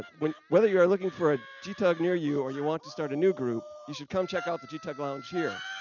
but whether you're looking for a gtug near you, or you want to start a new group, you should come check out the gtug lounge here.